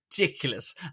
ridiculous